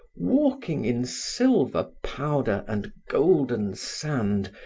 walking in silver powder and golden sand,